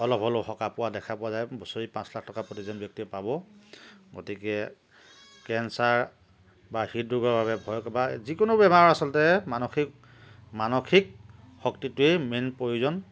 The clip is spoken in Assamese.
অলপ হ'লেও সকাহ পোৱা দেখা পোৱা যায় বছৰি পাঁচলাখ টকা প্ৰত্যেকজন ব্যক্তিয়ে পাব গতিকে কেঞ্চাৰ বা হৃদৰোগৰ বাবে ভয় বা যিকোনো বেমাৰ আচলতে মানসিক মানসিক শক্তিটোৱেই মেইন প্ৰয়োজন